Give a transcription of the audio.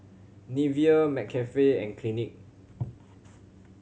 Nivea McCafe and Clinique